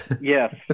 Yes